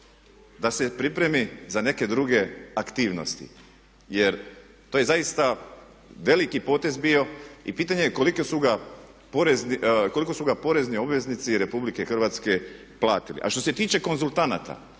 da se pripremi za neke druge aktivnosti. Jer to je zaista veliki potez bio i pitanje je koliko su ga porezni obveznici RH platili. A što se tiče konzultanata,